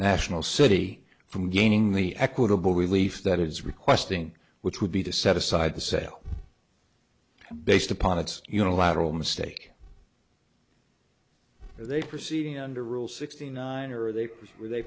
national city from gaining the equitable relief that it is requesting which would be to set aside the sale based upon its unilateral mistake they proceeding under rule sixty nine or are they are they